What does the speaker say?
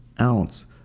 ounce